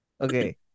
Okay